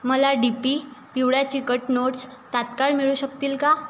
मला D P पिवळ्या चिकट नोट्स तात्काळ मिळू शकतील का